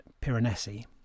Piranesi